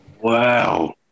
Wow